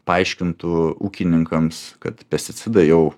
paaiškintų ūkininkams kad pesticidai jau